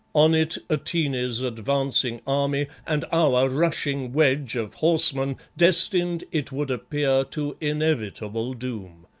on it atene's advancing army, and our rushing wedge of horsemen destined, it would appear, to inevitable doom.